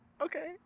Okay